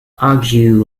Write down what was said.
argue